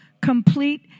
complete